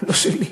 לא שלי.